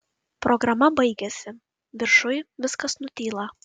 programa baigiasi viršuj viskas nutyla